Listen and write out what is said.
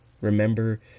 Remember